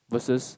versus